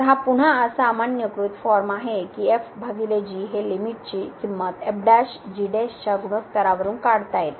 तर हा पुन्हा सामान्यीकृत फॉर्म आहे की हे लिमिट ची किंमत काढता येते